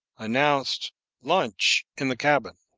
announced lunch in the cabin.